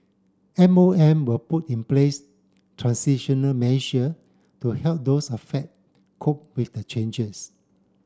M O M will put in place transitional measure to help those affect cope with the changes